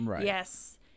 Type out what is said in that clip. yes